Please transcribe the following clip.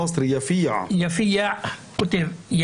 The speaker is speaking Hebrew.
אמרו שזו ממשלת שינוי ושיש בממשלה הזו אגף